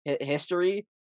history